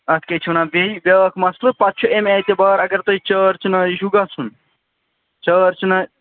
اَتھ کیٛاہ چھِ وَنان بیٚیہِ بیٛاکھ مَسلہٕ پَتہٕ چھُ اَمہِ اعتبار اگر تۄہہِ چار چِناری چھُو گژھُن چار چِنا